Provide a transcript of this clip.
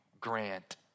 grant